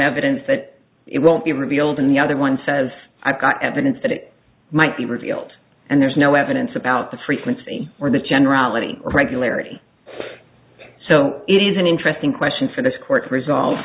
evidence that it won't be revealed and the other one says i've got evidence that it might be revealed and there's no evidence about the frequency or the generality of regularity so it is an interesting question for this court to resolve